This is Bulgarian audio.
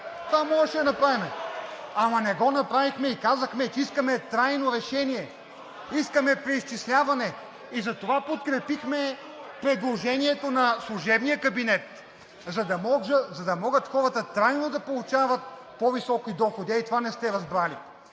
Това можехме да направим. Ама не го направихме и казахме, че искаме трайно решение. Искаме преизчисляване и затова подкрепихме предложението на служебния кабинет, за да могат хората трайно да получават по-високи доходи. Ей това не сте разбрали!